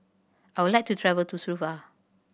I would like to travel to Suva